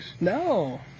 No